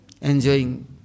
enjoying